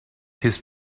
his